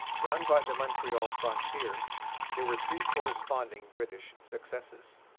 down by the montreal frontier there were three corresponding british successes.